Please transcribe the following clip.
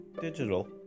digital